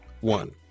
One